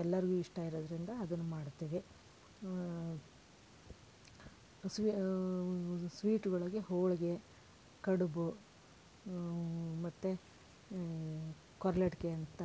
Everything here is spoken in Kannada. ಎಲ್ಲರಿಗೂ ಇಷ್ಟ ಇರೋದ್ರಿಂದ ಅದನ್ನು ಮಾಡ್ತೀವಿ ಸ್ವೀಟ್ ಒಳಗೆ ಹೋಳಿಗೆ ಕಡುಬು ಮತ್ತು ಕೊರ್ಲಟ್ಗೆ ಅಂತ